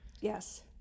Yes